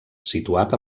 situat